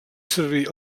servir